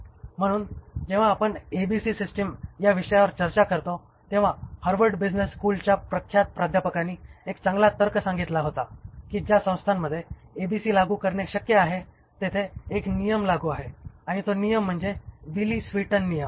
म्हणून जेव्हा आपण ABC सिस्टिम या विषयावर चर्चा करतो तेव्हा हार्वर्ड बिझिनेस स्कूलच्या प्रख्यात प्राध्यापकांनी एक चांगला तर्क सांगितला होता की ज्या संस्थांमध्ये ABC लागू करणे शक्य आहे तेथे एक नियम लागू आहे आणि तो नियम म्हणजे विली स्वीटन नियम